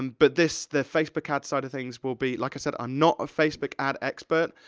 um but this, the facebook ads side of things will be, like i said, i'm not a facebook ad expert,